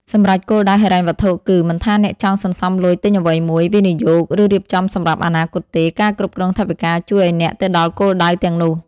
សម្រេចគោលដៅហិរញ្ញវត្ថុគឺ មិនថាអ្នកចង់សន្សំលុយទិញអ្វីមួយ វិនិយោគ ឬរៀបចំសម្រាប់អនាគតទេ ការគ្រប់គ្រងថវិកាជួយឱ្យអ្នកទៅដល់គោលដៅទាំងនោះ។